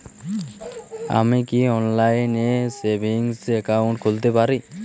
আমি কি অনলাইন এ সেভিংস অ্যাকাউন্ট খুলতে পারি?